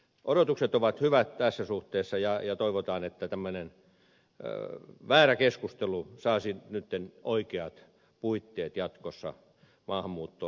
odotukset ovat hyvät tässä suhteessa ja toivotaan että tämmöinen väärä keskustelu saisi nyt oikeat puitteet jatkossa maahanmuuttoon liittyen